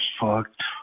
fucked